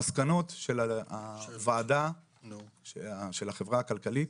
המסקנות של החברה הכלכלית